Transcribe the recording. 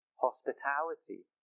hospitality